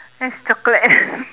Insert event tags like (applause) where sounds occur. that is chocolate (laughs)